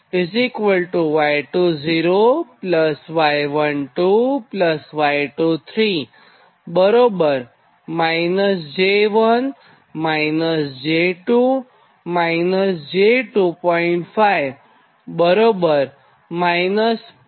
75 થાય